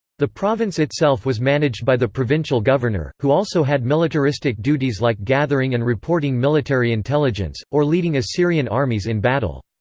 the province itself was managed by the provincial governor, who also had militaristic duties like gathering and reporting military intelligence, or leading assyrian armies in battle.